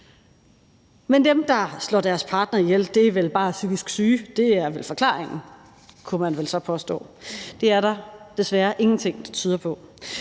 Men dem, der slår deres partner ihjel, er vel bare psykisk syge? Det er vel forklaringen, kunne man så påstå. Det er der desværre ingenting der tyder på.